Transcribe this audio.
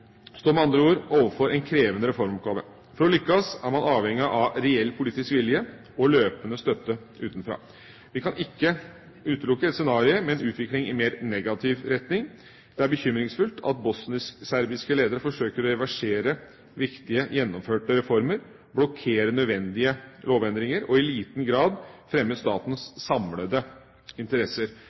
står med andre ord overfor en krevende reformoppgave. For å lykkes er man avhengig av reell politisk vilje og løpende støtte utenfra. Vi kan ikke utelukke et scenario med en utvikling i mer negativ retning. Det er bekymringsfullt at bosnisk-serbiske ledere forsøker å reversere viktige gjennomførte reformer, blokkere nødvendige lovendringer og i liten grad fremmer statens samlede interesser.